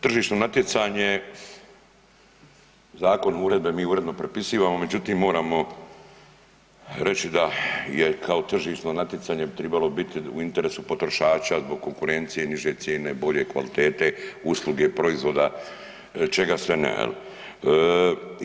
Tržišno natjecanje zakon i uredbe mi uredno prepisivamo međutim moramo reći da je kao tržišno natjecanje bi tribalo biti u interesu potrošača zbog konkurencije, niže cijene, bolje kvalitete usluge, proizvoda čega sve ne jel.